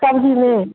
सब्जी में